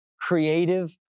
creative